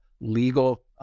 legal